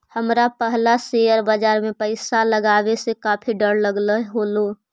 हमरा पहला शेयर बाजार में पैसा लगावे से काफी डर लगअ हलो